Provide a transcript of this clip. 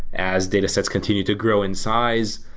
as datasets continue to grow in size.